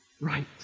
right